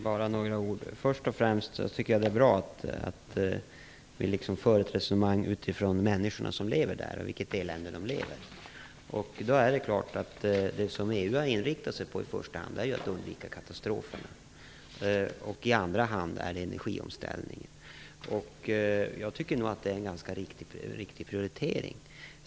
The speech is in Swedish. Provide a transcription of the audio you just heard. Fru talman! Först och främst tycker jag att det är bra att vi för ett resonemang utifrån de människor som lever i detta område, och utifrån det elände de lever i. EU har i första hand självfallet inriktat sig på att undvika katastroferna. I andra hand gäller energiomställningen. Jag tycker att det är en ganska riktig prioritering.